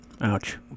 Ouch